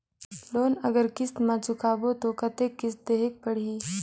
Loan अगर किस्त म चुकाबो तो कतेक किस्त देहेक पढ़ही?